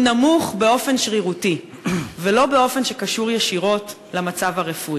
נמוך באופן שרירותי ולא באופן שקשור ישירות למצב הרפואי.